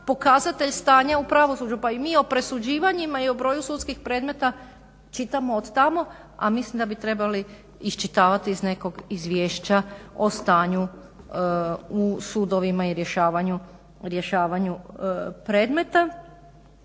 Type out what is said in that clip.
pokazatelj stanja u pravosuđu. Pa i mi o presuđivanjima i o broju sudskih predmeta čitamo od tamo, a mislim da bi trebali izvješća o stanju u sudovima i rješavanju predmeta.